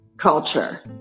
culture